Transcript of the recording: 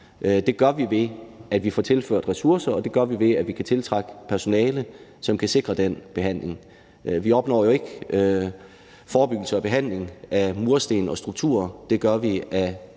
Det gør vi, ved at vi får tilført ressourcer, og det gør vi, ved at vi kan tiltrække personale, som kan sikre den behandling. Vi opnår jo ikke forebyggelse og behandling med mursten og strukturer. Det gør vi